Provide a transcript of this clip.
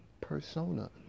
persona